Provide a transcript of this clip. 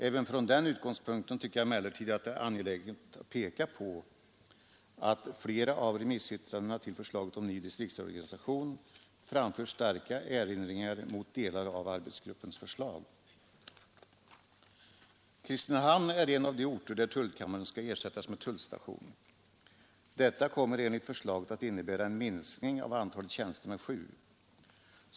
Även från den utgångspunkten tycker jag emellertid att det är angeläget att peka på att man i flera av remissyttrandena över förslaget om ny distriktsorganisation har framfört starka erinringar mot delar av arbetsgruppens förslag. Kristinehamn är en av de orter där tullkammaren skall ersättas med tullstation. Detta kommer enligt förslaget att innebära en minskning av antalet tjänster med sju.